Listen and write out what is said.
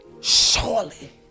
Surely